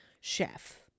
chef